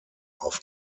auf